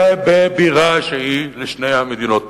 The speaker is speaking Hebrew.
ובבירה שהיא לשתי המדינות,